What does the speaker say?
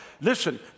Listen